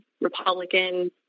Republican